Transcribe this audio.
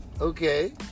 Okay